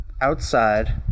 outside